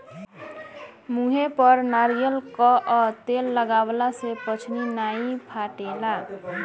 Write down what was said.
मुहे पर नारियल कअ तेल लगवला से पछ्नी नाइ फाटेला